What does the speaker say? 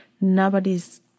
nobody's